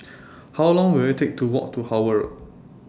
How Long Will IT Take to Walk to Howard Road